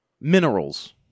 minerals